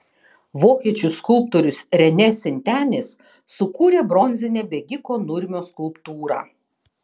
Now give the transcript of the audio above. vokiečių skulptorius renė sintenis sukūrė bronzinę bėgiko nurmio skulptūrą